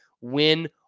win